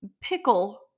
Pickle